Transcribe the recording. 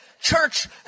church